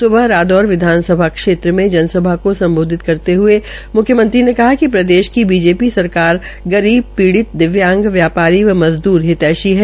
स्बह रादौर विधानसभा क्षेत्र में जनसभा को सम्बोधित करते हये मुख्यमंत्री ने कहा कि प्रदेश की बीजेपी सरकार गरीब पीडिय़ दिव्यांग व्यापारी व मजदूर हितैषी है